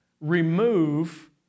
remove